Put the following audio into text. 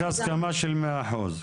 כן, צריך הסכמה של מאה אחוז.